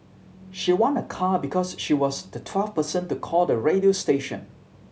she won a car because she was the twelfth person to call the radio station